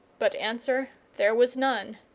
but answer there was none.